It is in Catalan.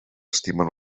estimen